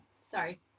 Sorry